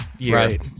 Right